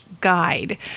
guide